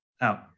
out